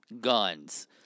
guns